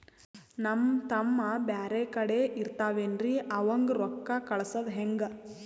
ನಮ್ ತಮ್ಮ ಬ್ಯಾರೆ ಕಡೆ ಇರತಾವೇನ್ರಿ ಅವಂಗ ರೋಕ್ಕ ಕಳಸದ ಹೆಂಗ?